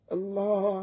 Allah